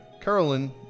Carolyn